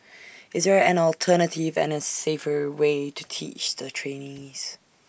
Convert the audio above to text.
is there an alternative and A safer way to teach the trainees